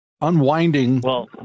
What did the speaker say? unwinding